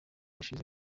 ushize